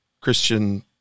Christian